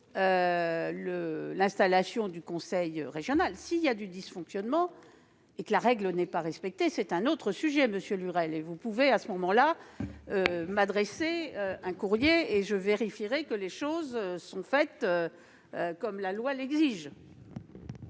l'installation du conseil régional. Si l'on constate des dysfonctionnements, si la règle n'est pas respectée, c'est un autre sujet, monsieur Lurel. Et vous pouvez, le cas échéant, m'adresser un courrier ; je vérifierai que les choses sont faites comme la loi l'exige.